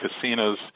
casino's